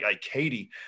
Katie